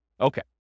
Okay